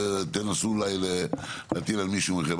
ותנסו אולי להטיל על מישהו ממכם.